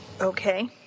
Okay